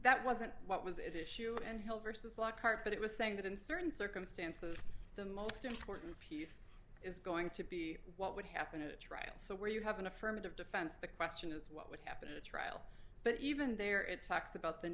that wasn't what was issue and health versus lockhart but it was saying that in certain circumstances the most important piece is going to be what would happen in a trial so where you have an affirmative defense the question is what would happen in the trial but even there it talks about the